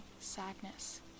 sadness